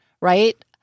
right